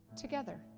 together